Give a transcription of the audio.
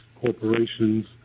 corporations